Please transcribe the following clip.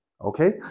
Okay